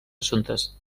assumptes